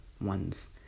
one's